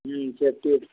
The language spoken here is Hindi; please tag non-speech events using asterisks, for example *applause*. सेफ़्टी *unintelligible*